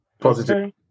Positive